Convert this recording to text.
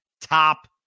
top